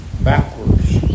backwards